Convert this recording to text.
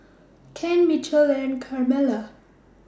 Ken Mitchell and Carmela